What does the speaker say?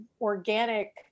organic